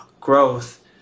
growth